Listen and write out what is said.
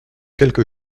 quelque